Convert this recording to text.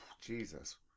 Jesus